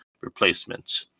replacement